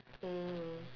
mm